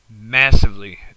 massively